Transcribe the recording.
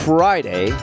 Friday